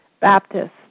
Baptist